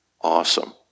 Awesome